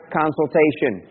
consultation